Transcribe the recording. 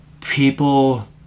people